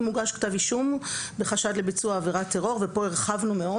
הוגש כתב אישום בחשד לביצוע עבירת טרור" פה הרחבנו מאוד.